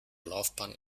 laufbahn